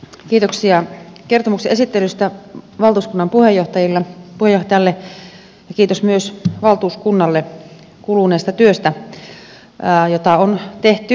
kiitoksia kertomuksen esittelystä valtuuskunnan puheenjohtajalle ja kiitos myös valtuuskunnalle kuluneesta työstä jota on tehty